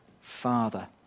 father